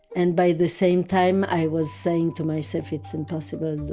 and by the same time i was saying to myself, it's impossible.